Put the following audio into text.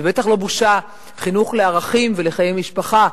ובטח זו לא בושה חינוך לערכים ולחיי משפחה.